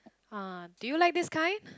ah do you like this kind